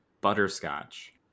butterscotch